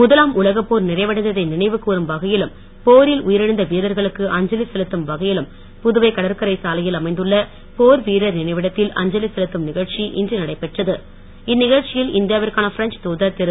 முதலாம் உலக போர் நிறைவடைத்தை நினைவு கூறும் வகையிலும் போரில் உயிரிழந்த வீரர்களுக்கு அஞ்சலி செலுத்தும் வகையிலும் புதுவை கடற்கரை சாலையில் அமைந்துள்ள போர் வீரர் நினைவிடத்தில் அஞ்சலி செலுத்தும் நிகழ்ச்சி இன்று நடைபெற்றது இந்நிகழ்சியில் இந்தியாவிற்கான பிரெஞ்ச் தூதர் திரு